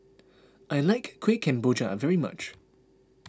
I like Kueh Kemboja very much